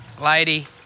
lady